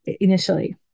initially